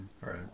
right